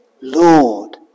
Lord